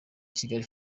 kigali